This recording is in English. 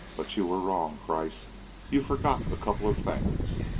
but you were wrong, kreiss you forgot a couple of things.